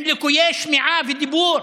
עם ליקויי שמיעה ודיבור,